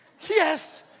Yes